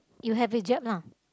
you have a jab lah